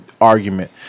argument